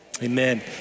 Amen